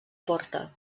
porta